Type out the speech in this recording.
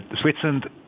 Switzerland